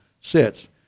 sits